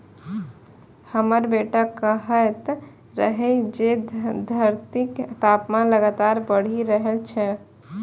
हमर बेटा कहैत रहै जे धरतीक तापमान लगातार बढ़ि रहल छै